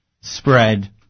spread